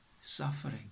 suffering